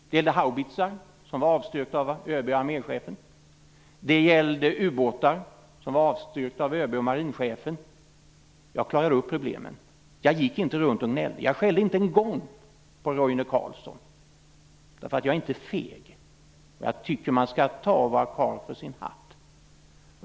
Det gällde haubitsar som var avstyrkta av ÖB och arméchefen. Det gällde ubåtar som var avstyrkta av ÖB och marinchefen. Jag klarade upp problemen. Jag gick inte runt och gnällde. Jag skällde inte en enda gång på Roine Carlsson. Jag är nämligen inte feg. Jag tycker att man skall vara karl för sin hatt.